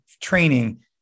training